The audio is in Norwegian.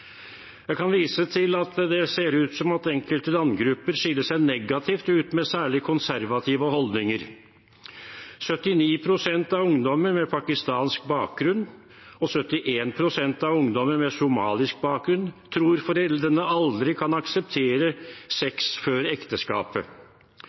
Det ser ut til at enkelte landgrupper skiller seg negativt ut med særlig konservative holdninger. 79 pst. av ungdommer med pakistansk bakgrunn og 71 pst. av ungdommer med somalisk bakgrunn tror foreldrene aldri kan akseptere